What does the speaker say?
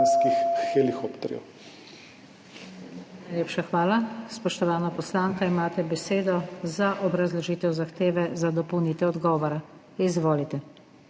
hvala.